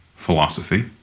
philosophy